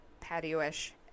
patio-ish